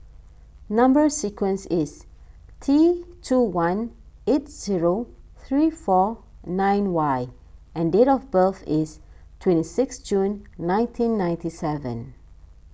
Number Sequence is T two one eight zero three four nine Y and date of birth is twenty six June nineteen ninety seven